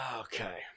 Okay